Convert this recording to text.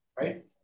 right